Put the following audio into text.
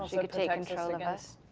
she could take control of us.